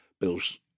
bills